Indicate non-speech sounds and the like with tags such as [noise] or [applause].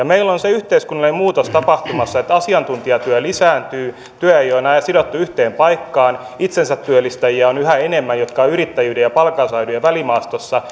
[unintelligible] meillä on se yhteiskunnallinen muutos tapahtumassa että asiantuntijatyö lisääntyy työ ei ole enää sidottua yhteen paikkaan itsensätyöllistäjiä jotka ovat yrittäjän ja palkansaajan välimaastossa [unintelligible]